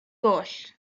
goll